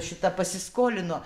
šita pasiskolino